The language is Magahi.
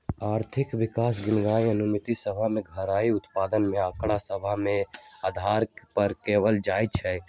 आर्थिक विकास के गिननाइ अनुमानित सभ घरइया उत्पाद के आकड़ा सभ के अधार पर कएल जाइ छइ